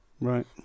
right